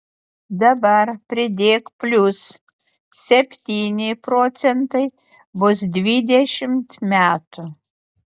dabar pridėk plius septyni procentai bus dvidešimt metų